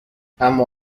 اما